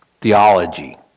theology